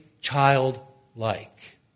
childlike